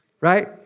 Right